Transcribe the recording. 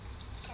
sorry sister